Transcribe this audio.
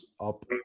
up